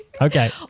Okay